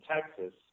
Texas